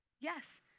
Yes